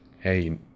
hey